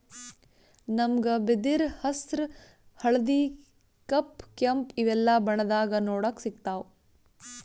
ನಮ್ಗ್ ಬಿದಿರ್ ಹಸ್ರ್ ಹಳ್ದಿ ಕಪ್ ಕೆಂಪ್ ಇವೆಲ್ಲಾ ಬಣ್ಣದಾಗ್ ನೋಡಕ್ ಸಿಗ್ತಾವ್